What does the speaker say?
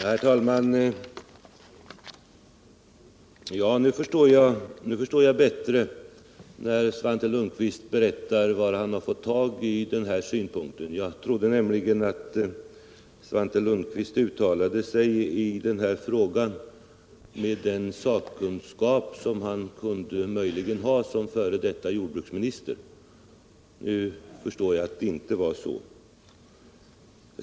Herr talman! När Svante Lundkvist berättar om varifrån han fått den här synpunkten förstår jag bättre. Jag trodde nämligen att Svante Lundkvist uttalade sig i denna fråga med den sakkunskap som han möjligen kunde ha som f. d. jordbruksminister. Nu förstår jag att det inte var så.